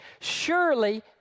Surely